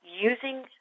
using